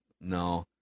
No